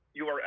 URL